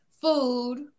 food